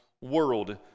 world